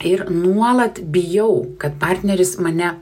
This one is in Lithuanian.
ir nuolat bijau kad partneris mane